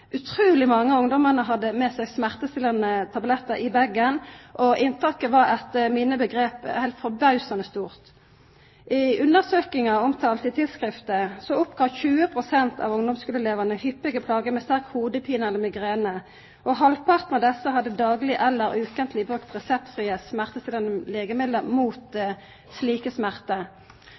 Utruleg mange av ungdommane hadde med seg smertestillande tablettar i bagen, og inntaket var etter mitt skjøn forbausande stort. I undersøkinga som er omtalt i tidsskriftet, opplyste 20 pst. av ungdomsskuleelevane at dei har hyppige plager med sterk hovudverk eller migrene, og halvparten av desse hadde dagleg eller kvar veke brukt reseptfrie smertestillande legemiddel mot slike